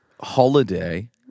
Holiday